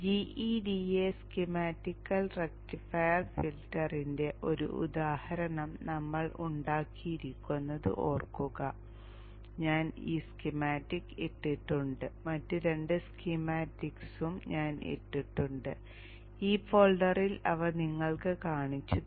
gEDA സ്കീമാറ്റിക്കിൽ rectifier ഫിൽട്ടറിന്റെ ഒരു ഉദാഹരണം നമ്മൾ ഉണ്ടാക്കിയിരിക്കുന്നത് ഓർക്കുക ഞാൻ ആ സ്കീമാറ്റിക് ഇട്ടിട്ടുണ്ട് മറ്റ് രണ്ട് സ്കീമാറ്റിക്സും ഞാൻ ഇട്ടിട്ടുണ്ട് ഈ ഫോൾഡറിൽ അവ നിങ്ങൾക്ക് കാണിച്ചുതരാം